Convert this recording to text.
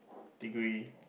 degree